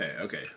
Okay